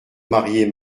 marier